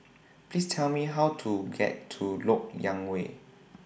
Please Tell Me How to get to Lok Yang Way